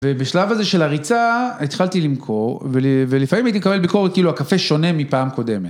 ובשלב הזה של הריצה התחלתי למכור ולפעמים הייתי מקבל ביקורת כאילו הקפה שונה מפעם קודמת.